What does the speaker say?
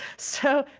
so,